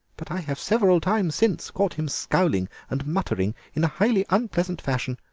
but i have several times since caught him scowling and muttering in a highly unpleasant fashion,